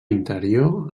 interior